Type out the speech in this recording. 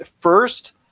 first